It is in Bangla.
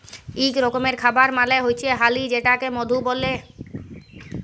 ইক রকমের খাবার মালে হচ্যে হালি যেটাকে মধু ব্যলে